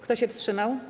Kto się wstrzymał?